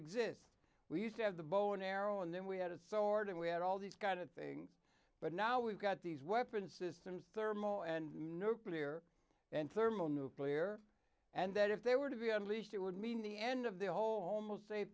exists we used to have the bow and arrow and then we had a sword and we had all these kind of thing but now we've got these weapons systems thermal and nuclear and thermal nuclear and that if they were to be unleashed it would mean the end of the whole homo sa